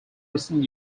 recent